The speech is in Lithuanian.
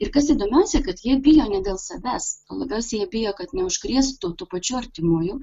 ir kas įdomiausia kad jie bijo ne dėl savęs o labiausiai jie bijo kad neužkrėstų tų pačių artimųjų